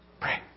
Pray